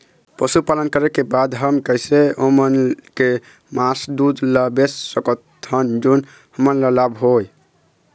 पशुपालन करें के बाद हम कैसे ओमन के मास, दूध ला बेच सकत हन जोन हमन ला लाभ हो?